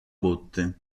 botte